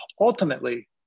ultimately